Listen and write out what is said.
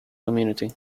community